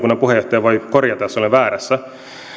puheenjohtaja voi korjata jos olen väärässä